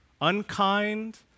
unkind